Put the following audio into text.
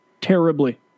Terribly